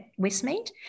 Westmead